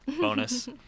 bonus